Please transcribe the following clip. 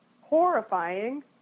horrifying